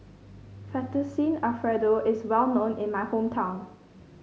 Fettuccine Alfredo is well known in my hometown